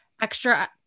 extra